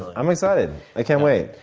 i'm excited. i can't wait.